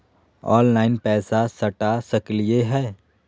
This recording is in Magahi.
ऑनलाइन पैसा सटा सकलिय है?